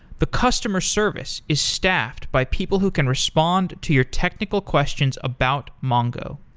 the customer service is staffed by people who can respond to your technical questions about mongo.